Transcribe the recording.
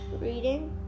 reading